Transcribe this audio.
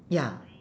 ya